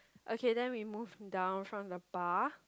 okay then we move down from the bar